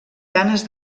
ganes